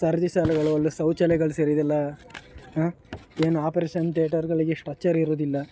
ಸರತಿ ಸಾಲುಗಳು ಇಲ್ಲ ಶೌಚಾಲಯಗಳು ಸರಿ ಇರೋಲ್ಲ ಏನು ಆಪರೇಷನ್ ತಿಯೇಟರುಗಳಿಗೆ ಸ್ಟ್ರೆಚ್ಚರ್ ಇರುವುದಿಲ್ಲ